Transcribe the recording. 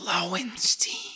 Lowenstein